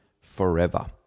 forever